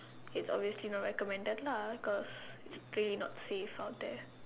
it's obviously not recommended lah cause it's clearly not safe out there